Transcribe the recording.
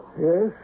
Yes